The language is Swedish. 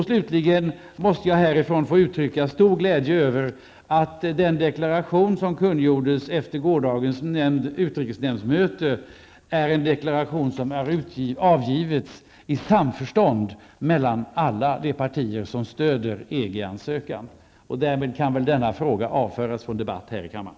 Slutligen måste jag härifrån få uttrycka stor glädje över att den deklaration som kungjordes efter gårdagens utrikesnämndsmöte har avgivits i samförstånd mellan alla de partier som stöder EG ansökan. Och därmed kan väl denna fråga avfärdas från debatt här i kammaren.